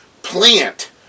plant